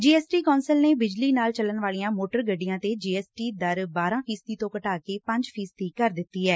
GST council ਨੇ ਬਿਜਲੀ ਨਾਲ ਚੱਲਣ ਵਾਲੀਆਂ ਮੋਟਰ ਗੱਡੀਆਂ ਤੇ ਜੀਐਸਟੀ ਦਰ ਬਾਰਾਂ ਫੀਸਦੀ ਤੋਂ ਘਟਾ ਕੇ ਪੰਜ ਫੀਸਦੀ ਕਰ ਦਿੱਤੀ ਐ